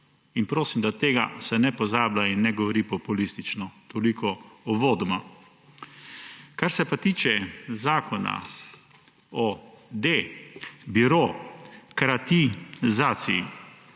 in prosim, da se tega ne pozablja in ne govori populistično. Toliko uvodoma. Kar se pa tiče zakona o de-biro-krati-zaciji